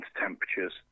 temperatures